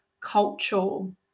cultural